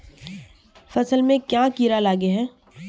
फसल में क्याँ कीड़ा लागे है?